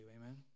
Amen